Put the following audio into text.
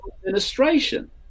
administration